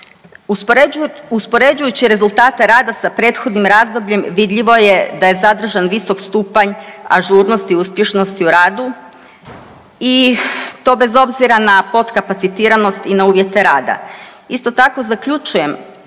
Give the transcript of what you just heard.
Uspoređujući rezultate rada sa prethodnim razdobljem vidljivo je da se zadržan visok stupanj ažurnosti uspješnosti u radu i to bez obzira na podkapacitiranost i na uvjete rada.